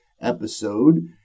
episode